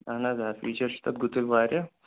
اہن حظ آ فیٖچر چھِ تَتھ گُتٕلۍ واریاہ